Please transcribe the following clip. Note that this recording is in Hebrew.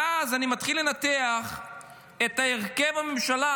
ואז אני מתחיל לנתח את הרכב הממשלה,